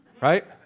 right